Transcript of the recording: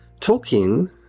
Tolkien